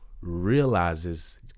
realizes